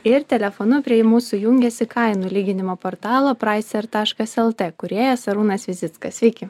ir telefonu prie mūsų jungiasi kainų lyginimo portalo pricer taškas lt kūrėjas arūnas vizickas sveiki